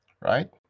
right